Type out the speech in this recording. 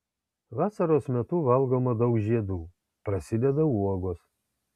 vasaros metu valgoma daug žiedų prasideda uogos